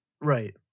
right